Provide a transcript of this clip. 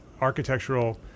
architectural